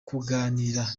kuganira